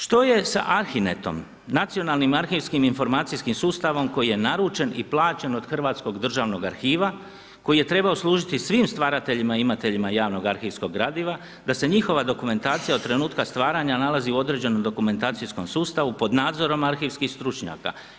Što je sa ahinetom, Nacionalnim arhivskim informacijskim sustavom, koji je naručen i plaćen od Hrvatskog državnog arhiva, koji je trebao služiti svim stvarateljima i imateljima javnog arhivskog gradiva, da se njihova dokumentacija od trenutka stvaranja nalazi u određenom dokumentacijskom sustavu, pod nadzorom arhivskim stručnjaka.